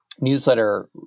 newsletter